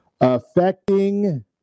affecting